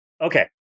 Okay